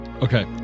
Okay